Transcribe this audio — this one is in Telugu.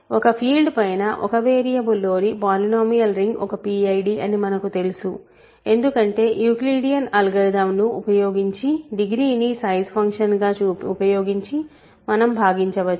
ఒక ఫీల్డ్ పైన ఒక వేరియబుల్ లోని పోలినోమియల్ రింగ్ ఒక PID అని మనకు తెలుసు ఎందుకంటే యూక్లిడియన్ అల్గోరిథంను ఉపయోగించి డిగ్రీ ని సైజ్ ఫంక్షన్ గా ఉపయోగించి మనం భాగించవచ్చు